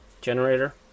generator